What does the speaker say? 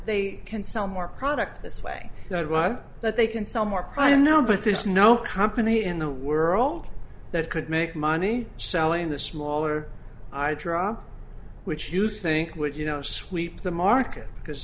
they can sell more product this way that they can sell more prime now but there's no company in the world that could make money selling the smaller i drop which you think would you know sweep the market because